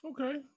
Okay